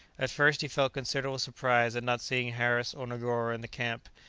at first he felt considerable surprise at not seeing harris or negoro in the camp,